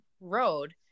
road